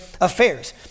affairs